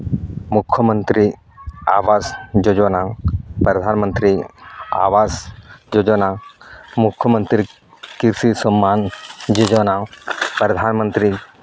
Mukhya Mantri Awas Yojana Pradhan Mantri Awas Yojana Mukhya Mantri Krishi Samman Yojana Pradhan Mantri